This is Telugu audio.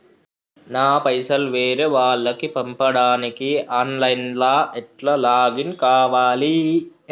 నా పైసల్ వేరే వాళ్లకి పంపడానికి ఆన్ లైన్ లా ఎట్ల లాగిన్ కావాలి?